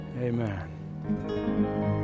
amen